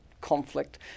conflict